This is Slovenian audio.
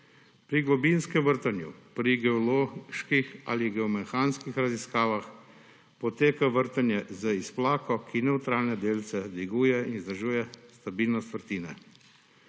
Pri globinskem vrtanju, pri geoloških ali geomehanskih raziskavah poteka vrtanje z izplako, ki nevtralne delce dviguje in vzdržuje stabilnost vrtine.